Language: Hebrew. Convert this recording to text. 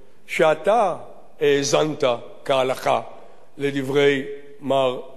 שאתה האזנת כהלכה לדברי מר דיסקין.